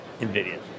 NVIDIA